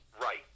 Right